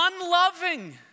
unloving